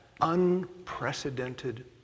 unprecedented